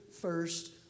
first